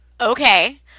Okay